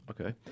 Okay